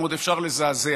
אם עוד אפשר לזעזע,